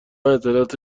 اطلاعات